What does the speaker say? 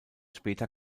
später